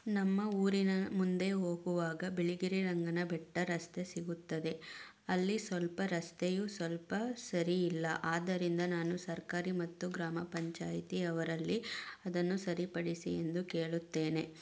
ನಮ್ಮ ಊರಿನ ಮುಂದೆ ಹೋಗುವಾಗ ಬಿಳಿಗಿರಿ ರಂಗನ ಬೆಟ್ಟ ರಸ್ತೆ ಸಿಗುತ್ತದೆ ಅಲ್ಲಿ ಸ್ವಲ್ಪ ರಸ್ತೆಯು ಸ್ವಲ್ಪ ಸರಿಯಿಲ್ಲ ಆದ್ದರಿಂದ ನಾನು ಸರ್ಕಾರಿ ಮತ್ತು ಗ್ರಾಮ ಪಂಚಾಯತಿ ಅವರಲ್ಲಿ ಅದನ್ನು ಸರಿಪಡಿಸಿ ಎಂದು ಕೇಳುತ್ತೇನೆ